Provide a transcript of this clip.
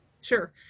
Sure